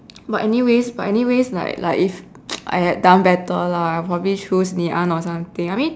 but anyways but anyways like like if I had done better lah I probably choose Ngee-Ann or something I mean